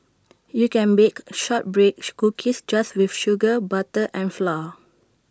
you can bake shortbread cookies just with sugar butter and flour